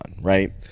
right